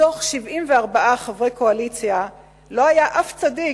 מתוך 74 חברי קואליציה לא היה אף צדיק